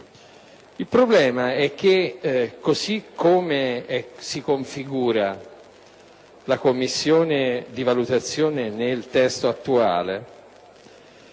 Il problema è che, così come si configura la commissione di valutazione nel testo attuale,